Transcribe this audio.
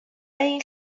این